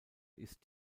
ist